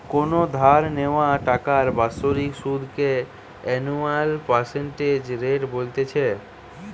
কোনো ধার নেওয়া টাকার বাৎসরিক সুধ কে অ্যানুয়াল পার্সেন্টেজ রেট বলতিছে